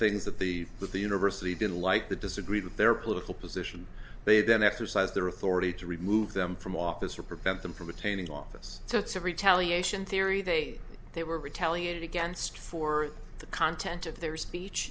things that the that the university didn't like the disagreed with their political position they then exercised their authority to remove them from office or prevent them from attaining office sets of retaliation theory they they were retaliated against for the content of their speech